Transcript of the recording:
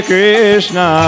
Krishna